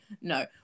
No